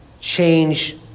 change